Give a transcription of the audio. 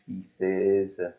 pieces